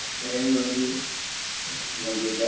gary, you wanna be you wanna be a guest?